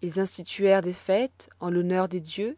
ils instituèrent des fêtes en l'honneur des dieux